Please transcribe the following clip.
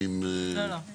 לא, לא.